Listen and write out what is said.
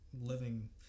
Living